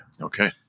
Okay